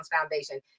Foundation